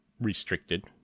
restricted